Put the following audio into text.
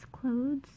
clothes